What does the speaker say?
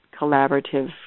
collaborative